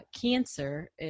cancer